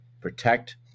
protect